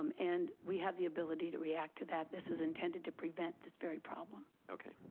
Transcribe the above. um and we have the ability to react to that. this is intended to prevent this very problem. okay,